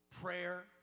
Prayer